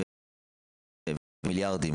מיליארדים,